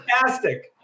Fantastic